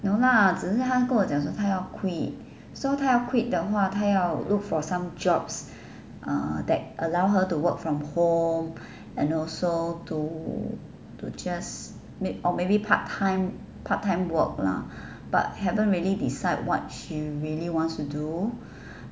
没有啦只是她跟我讲说她要 quit so 她要 quit 的话她要 look for some jobs uh that allow her to work from home and also to to to just ma~ or maybe part time part time work lah but haven't really decide what she really wants to do